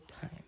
time